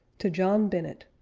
to john bennett